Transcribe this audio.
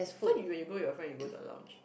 so when you go with your friend you go to a lounge